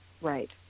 Right